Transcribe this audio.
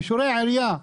אישורי עירייה.